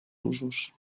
usos